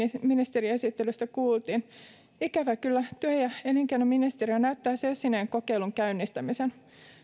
ministeriesittelystä kuultiin ikävä kyllä työ ja elinkeinoministeriö näyttää sössineen kokeilun käynnistämisen